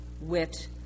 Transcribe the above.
wit